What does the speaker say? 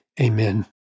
Amen